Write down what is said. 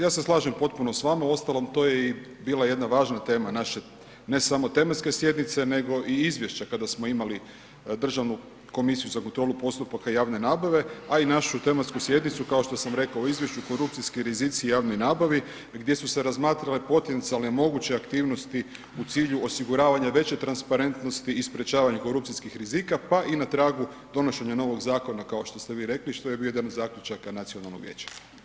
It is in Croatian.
Ja se slažem potpuno s vama, uostalom to je i bila jedna važna tema naše ne samo tematske sjednice, nego i izvješća kada smo imali Državnu komisiju za kontrolu postupaka javne nabave, a i našu tematsku sjednicu, kao što sam rekao u izvješću, korupcijski rizici javnoj nabavi, gdje su se razmatrale potencijalne moguće aktivnosti u cilju osiguravanja veće transparentnosti i sprečavanju korupcijskih rizika, pa i na tragu donošenja novog zakona, kao što ste vi rekli, što je bio jedan od zaključaka nacionalnog vijeća.